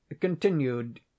continued